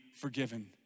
forgiven